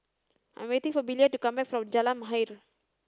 I'm waiting for Belia to come back from Jalan Mahir